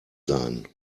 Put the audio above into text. sein